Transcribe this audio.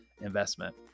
investment